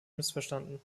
missverstanden